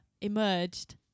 emerged